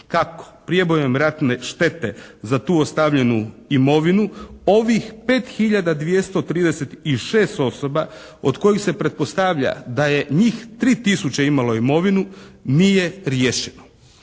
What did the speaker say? tako prijebojem ratne štete za tu ostavljenu imovinu ovih 5 hiljada 236 osoba od kojih se pretpostavlja da je njih 3 tisuće imalo imovinu nije riješeno.